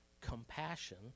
Compassion